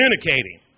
communicating